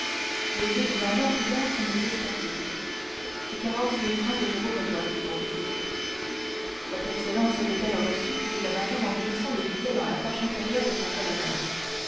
les yeux du major brillèrent comme des escarboucles c'est quarante mille francs que je vous redois dit monte cristo votre excellence veut-elle un reçu dit le major en glissant les billets dans la poche intérieure de sa polonaise